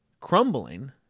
crumbling